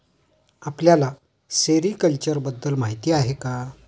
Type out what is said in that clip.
आपल्याला सेरीकल्चर बद्दल माहीती आहे का?